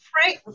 Frank